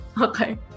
Okay